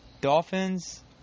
Dolphins